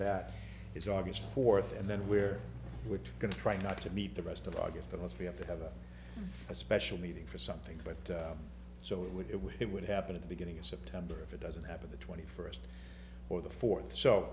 that is august fourth and then we're going to try not to meet the rest of august but let's be up to have a special meeting for something but so it would it would it would happen at the beginning of september if it doesn't happen the twenty first or the fourth so